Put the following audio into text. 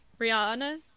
Rihanna